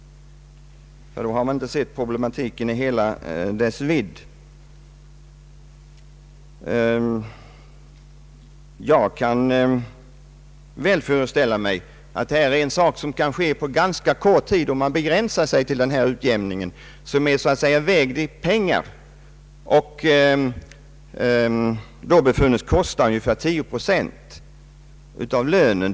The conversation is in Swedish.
Man har inte velat se problematiken i hela dess vidd. Jag kan väl föreställa mig att detta är en fråga på ganska kort sikt om man begränsar sig till att se detta som en fråga om en utjämning, som så att säga är vägd i pengar och har befunnits kosta ungefär tio procent av lönen.